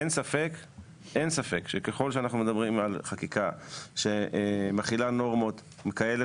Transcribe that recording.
אין ספק שככל שאנחנו מדברים על חקיקה שמחילה נורמות כאלה